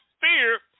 fear